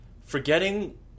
forgetting